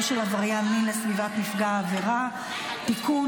של עבריין מין לסביבת נפגע העבירה (תיקון,